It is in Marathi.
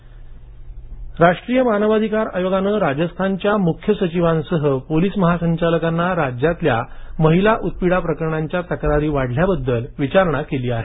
मानवाधिकार आयोग राष्ट्रीय मानवाधिकार आयोगाने राजस्थानच्या मुख्यसचिवांसह पोलीस महासंचालकांनाराज्यातल्या महिला उत्पिडा प्रकरणाच्या तक्रारी वाढल्याबद्दल विचारणा केली आहे